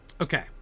Okay